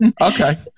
Okay